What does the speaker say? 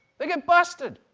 they get busted!